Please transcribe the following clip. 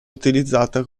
utilizzata